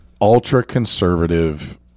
ultra-conservative